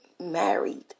married